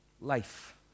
life